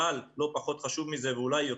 אבל לא פחות חשוב מזה,